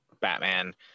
Batman